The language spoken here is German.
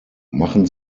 machen